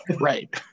Right